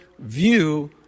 view